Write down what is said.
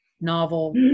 novel